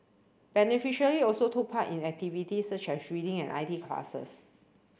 beneficially also took part in activities such as reading and I T classes